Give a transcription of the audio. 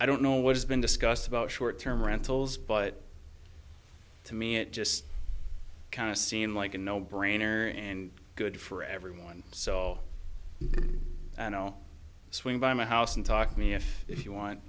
i don't know what has been discussed about short term rentals but to me it just kind of seemed like a no brainer and good for everyone so all i know swing by my house and talk to me if you want